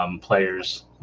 players